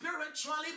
spiritually